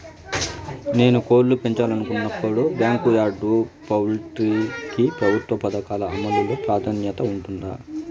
నేను కోళ్ళు పెంచాలనుకున్నపుడు, బ్యాంకు యార్డ్ పౌల్ట్రీ కి ప్రభుత్వ పథకాల అమలు లో ప్రాధాన్యత ఉంటుందా?